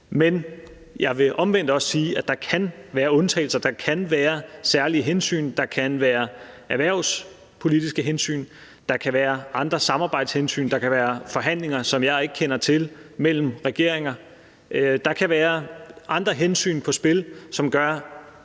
Men jeg vil omvendt også sige, at der kan være undtagelser. Der kan være særlige hensyn. Der kan være erhvervspolitiske hensyn, der kan være andre samarbejdshensyn. Der kan være forhandlinger, som jeg ikke kender til, mellem regeringer. Der kan være andre hensyn på spil, som gør,